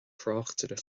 thráchtaire